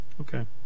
Okay